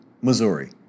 Missouri